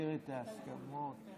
שמגיעה בסוף לכל בית ובית במדינת ישראל,